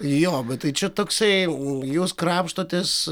jo bet tai čia toksai jūs krapštotės